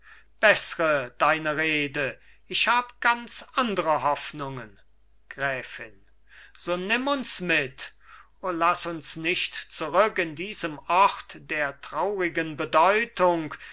beßre deine rede ich hab ganz andre hoffnungen gräfin so nimm uns mit o laß uns nicht zurück in diesem ort der traurigen bedeutung